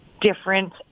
different